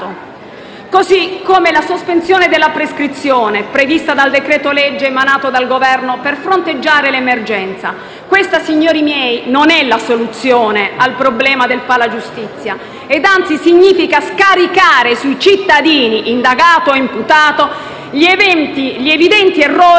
dicasi per la sospensione della prescrizione prevista dal decreto-legge emanato dal Governo per fronteggiare l'emergenza. Questa, signori miei, non è la soluzione al problema del Palagiustizia, ma anzi significa scaricare sui cittadini (indagato e imputato) gli evidenti errori della politica.